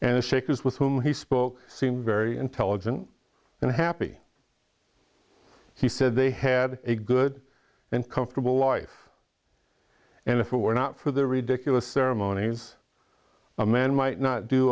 and the shakers with whom he spoke seemed very intelligent and happy he said they had a good and comfortable life and if it were not for their ridiculous ceremonies a man might not do